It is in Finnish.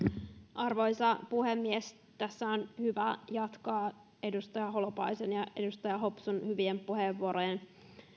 arvoisa puhemies tässä on hyvä jatkaa edustaja holopaisen ja edustaja hopsun hyvien puheenvuorojen